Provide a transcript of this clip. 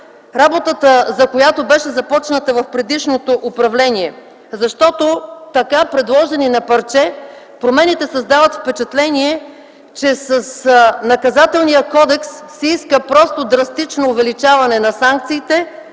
работата по която беше започната в предишното управление. Така предложени – на парче, промените създават впечатление, че с Наказателния кодекс се иска просто драстично увеличаване на санкциите,